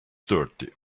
dirty